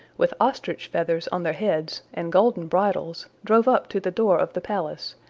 with ostrich feathers on their heads, and golden bridles, drove up to the door of the palace,